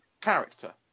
character